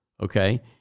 okay